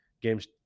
games